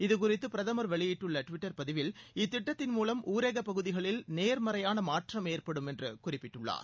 இதுகுறித்து பிரதமர் வெளியிட்டுள்ள இத்திட்டத்தின் மூனம் ஊரகப்பகுதிகளில் நேர்மறையான மாற்றம் ஏற்படும் என்று குறிப்பிட்டுள்ளார்